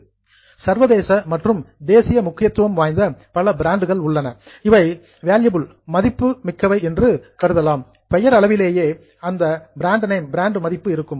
international சர்வதேச மற்றும் national தேசிய முக்கியத்துவம் வாய்ந்த பல பிராண்டுகள் உள்ளன இவைகள் வேல்யூபில் மதிப்பு மிக்கவை என்று கருதலாம் பெயரளவிலேயே அதன் பிராண்ட் நேம் பிராண்ட் மதிப்பு இருக்கும்